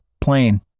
plane